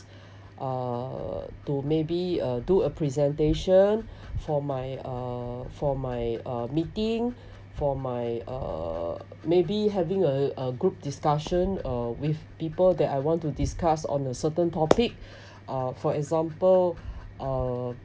err to maybe uh do a presentation for my uh for my uh meeting for my uh maybe having a a group discussion uh with people that I want to discuss on a certain topic uh for example uh